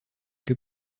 que